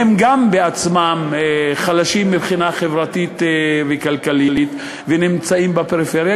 הם בעצמם חלשים מבחינה חברתית וכלכלית ונמצאים בפריפריה,